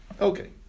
Okay